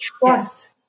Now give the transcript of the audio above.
trust